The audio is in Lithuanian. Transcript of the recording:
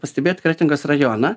pastebėjot kretingos rajoną